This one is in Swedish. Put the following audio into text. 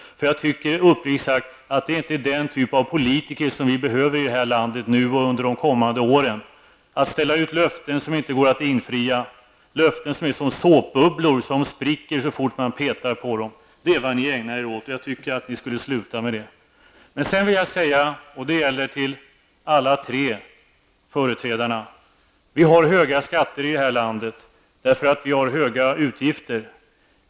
Jag tycker uppriktigt sagt att det inte är den typ av politiker som vi behöver i det här landet nu och under de kommande åren. Ni ägnar er åt att ställa ut löften som inte går att infria, löften som är som såpbubblor som spricker så fort man petar på dem. Jag tycker att ni skall sluta med det. Till alla tre företrädarna vill jag säga att vi har höga skatter i detta land eftersom vi har höga utgifter.